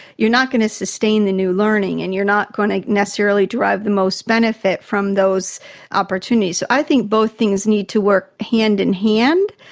you're not going to sustain the new learning and you're not going to necessarily derive the most benefit from those opportunities. so i think both things need to work hand in hand.